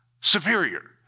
superior